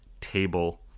table